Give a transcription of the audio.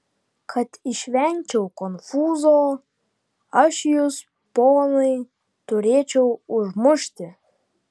kad išvengčiau konfūzo aš jus ponai turėčiau užmušti